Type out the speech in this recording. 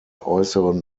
äußeren